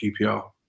QPR